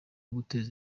guteza